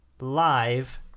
live